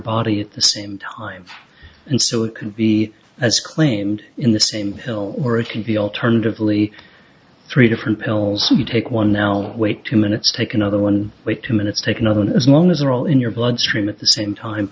body at the same time and so it can be as claimed in the same pill or it can be alternatively three different tells you take one now wait two minutes take another one but two minutes take another one as long as they're all in your bloodstream at the same time